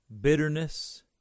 Bitterness